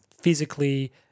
physically